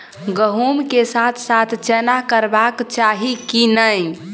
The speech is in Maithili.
गहुम केँ साथ साथ चना करबाक चाहि की नै?